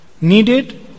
needed